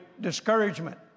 discouragement